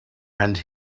and